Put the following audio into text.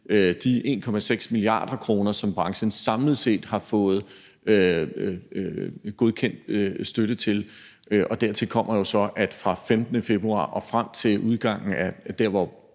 de 1,6 mia. kr., som branchen samlet set har fået godkendt støtte til – fra den 15. februar og frem til udgangen af, hvor